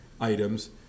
items